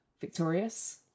victorious